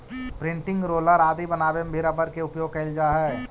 printing roller आदि बनावे में भी रबर के उपयोग कैल जा हइ